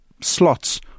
slots